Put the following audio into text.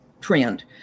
trend